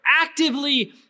Actively